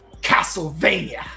castlevania